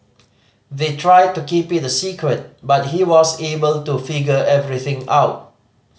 they tried to keep it a secret but he was able to figure everything out